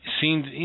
seems